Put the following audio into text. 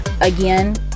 again